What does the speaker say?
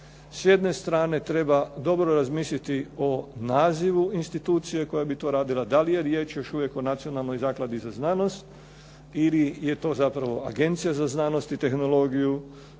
S jedne strane treba dobro razmisliti o nazivu institucije koja bi to radila, da li je riječ još uvijek o Nacionalnoj zakladi za znanost ili je to zapravo Agencija za znanost i tehnologiju